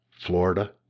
Florida